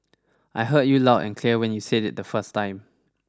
I heard you loud and clear when you said it the first time